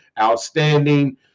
outstanding